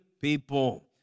people